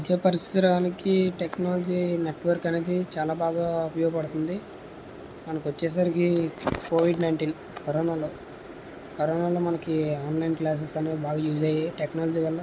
విద్యా పరిసరానికి technology network అనేది చాలా బాగా ఉపయోగపడుతుంది మనకొచ్చేసరికి కోవిడ్ నైంటీన్ కరోనాలో కరోనాలో మనకి ఆన్లైన్ క్లాసెస్ అనేవి బాగా యూస్ అయ్యాయి టెక్నాలజీ వల్ల